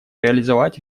реализовать